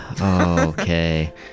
okay